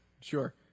sure